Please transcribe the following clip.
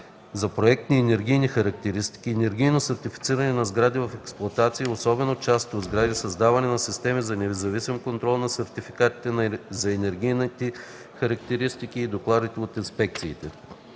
за проектни енергийни характеристики; енергийно сертифициране на сгради в експлоатация и обособени части от сгради; създаване на система за независим контрол на сертификатите за енергийни характеристики и докладите от инспекциите.